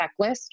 checklist